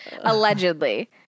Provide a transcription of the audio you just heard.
Allegedly